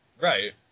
Right